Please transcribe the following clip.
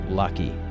lucky